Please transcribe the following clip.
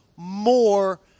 more